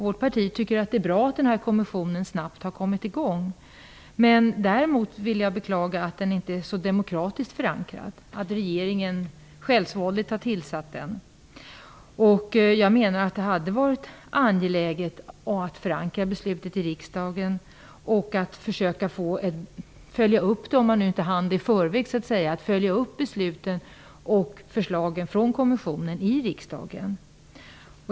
Vårt parti tycker att det är bra att kommissionen på området snabbt har kommit i gång, men jag vill däremot beklaga att den inte demokratiskt är så väl förankrad och att regeringen självsvåldigt har tillsatt den. Jag menar att det hade varit angeläget att förankra beslutet i riksdagen och att försöka att, om man nu inte hann göra det i förväg, följa upp förslagen och besluten från kommissionen i riksdagen.